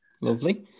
Lovely